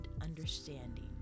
understanding